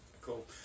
cool